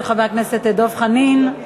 של חבר הכנסת דב חנין,